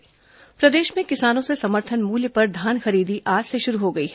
धान खरीदी प्रदेश में किसानों से समर्थन मूल्य पर धान खरीदी आज से शुरू हो गई है